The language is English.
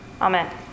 Amen